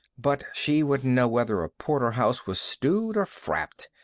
but she wouldn't know whether a porterhouse was stewed or frapped.